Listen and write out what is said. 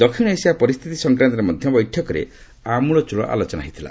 ଦକ୍ଷିଣ ଏସିଆ ପରିସ୍ଥିତି ସଂକ୍ରାନ୍ତରେ ମଧ୍ୟ ବୈଠକରେ ଆମୁଳଚଳ ଆଲୋଚନା କରାଯାଇଥିଲା